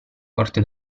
corte